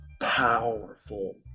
powerful